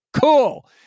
Cool